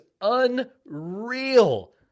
unreal